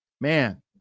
man